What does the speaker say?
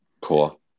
cool